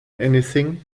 anything